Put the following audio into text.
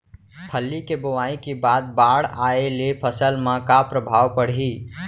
फल्ली के बोआई के बाद बाढ़ आये ले फसल मा का प्रभाव पड़ही?